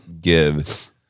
Give